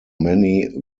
many